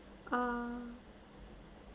uh